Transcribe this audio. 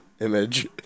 image